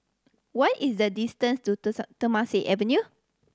what is the distance to Temasek Avenue